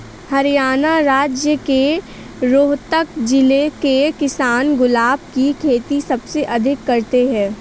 हरियाणा राज्य के रोहतक जिले के किसान गुलाब की खेती सबसे अधिक करते हैं